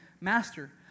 Master